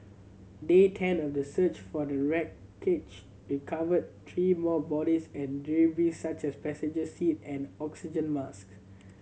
day ten of the search for the wreckage recovered three more bodies and debris such as passenger seat and oxygen mask